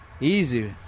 Easy